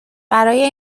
برای